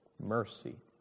mercy